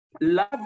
love